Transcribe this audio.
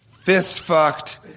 Fist-fucked